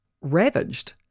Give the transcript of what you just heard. ravaged